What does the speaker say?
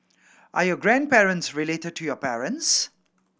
are your grandparents related to your parents